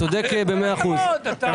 צודק במאה אחוז.